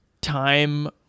time